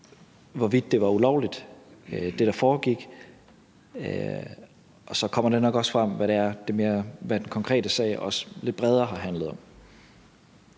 hvorvidt det, der foregik, var ulovligt. Og så kommer det nok også frem, hvad den konkrete sag også lidt bredere har handlet om.